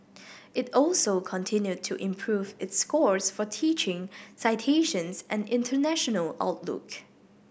it also continued to improve its scores for teaching citations and international outlook